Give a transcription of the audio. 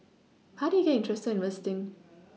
how did you get interested in investing